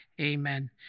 amen